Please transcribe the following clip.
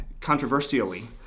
controversially